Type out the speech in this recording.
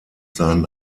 seinen